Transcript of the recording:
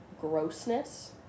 grossness